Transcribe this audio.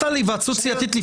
מתי הייתה ההיוועצות הסיעתית?